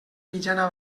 mitjana